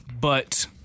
But-